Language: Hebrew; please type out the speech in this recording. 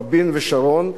רבין ושרון,